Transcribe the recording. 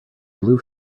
blue